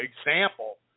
example